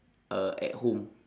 uh at home